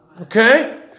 Okay